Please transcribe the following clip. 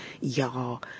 Y'all